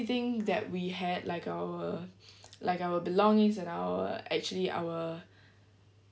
~thing that we had like our like our belongings and our actually our